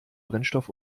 brennstoff